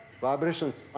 vibrations